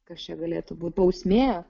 kas čia galėtų būt bausmė